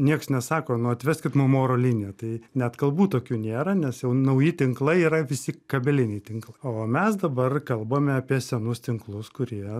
nieks nesako nu atveskit mum oro liniją tai net kalbų tokių nėra nes jau nauji tinklai yra visi kabeliniai tinklai o mes dabar kalbame apie senus tinklus kurie